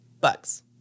bugs